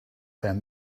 than